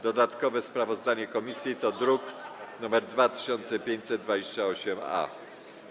Dodatkowe sprawozdanie komisji to druk nr 2528-A.